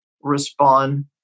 respond